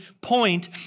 point